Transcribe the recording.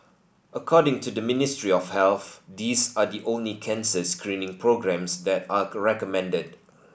according to the Ministry of Health these are the only cancer screening programmes that are recommended